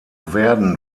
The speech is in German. werden